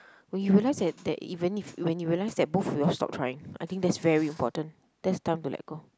when you realise that that even if when you realise that both of you all stopped trying I think that's very important that's time to let go